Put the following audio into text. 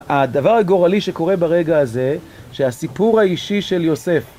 הדבר הגורלי שקורה ברגע הזה, שהסיפור האישי של יוסף